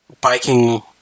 biking